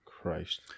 Christ